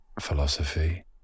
philosophy